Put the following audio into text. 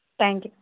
thank you